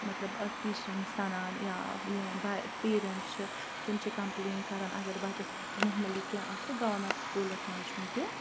مطلب اَتھ ٹیٖچرَن سَنان یا یِمَن بَے پیرَنٛٹ چھِ تِم چھِ کَمپٕلین کَران اگر بَچَس موہموٗلی کینٛہہ آسہِ گورمیٚنٛٹ سکوٗلَس منٛز چھُنہٕ تہِ